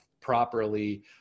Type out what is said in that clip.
properly